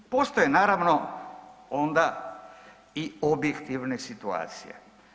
Postoje naravno onda i objektivne situacije.